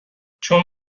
چون